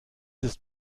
ist